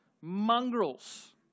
mongrels